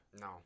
No